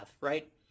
right